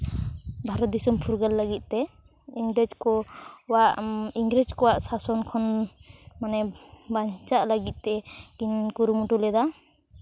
ᱵᱷᱟᱨᱚᱛ ᱫᱤᱥᱚᱢ ᱯᱷᱩᱨᱜᱟᱹᱞ ᱞᱟᱹᱜᱤᱫ ᱛᱮ ᱤᱝᱨᱮᱡᱽ ᱠᱚᱣᱟᱜ ᱥᱟᱥᱚᱱ ᱠᱷᱚᱱ ᱢᱟᱱᱮ ᱵᱟᱧᱪᱟᱜ ᱞᱟᱹᱜᱤᱫ ᱛᱮ ᱠᱤᱱ ᱠᱩᱨᱩᱢᱩᱴᱩ ᱞᱮᱫᱟ